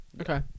Okay